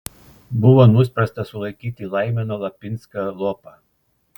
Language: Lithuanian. buvo nuspręsta sulaikyti laimoną lapinską lopą